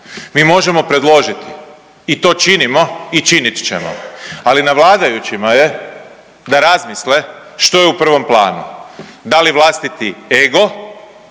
mi možemo predložiti i to činimo i činit ćemo, ali na vladajućima je da razmisle što je u prvom planu. Da li vlastiti ego